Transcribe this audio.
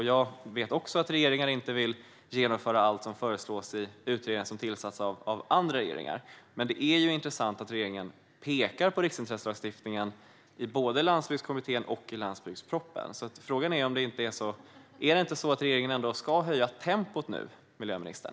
Jag vet också att regeringen inte vill genomföra allt som föreslås i utredningar som tillsatts av andra regeringar, men det är intressant att regeringen pekar på riksintresselagstiftningen i både Landsbygdskommittén och landsbygdspropositionen. Frågan är om regeringen inte ska höja tempot nu, miljöministern.